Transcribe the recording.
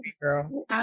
girl